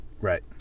Right